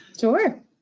sure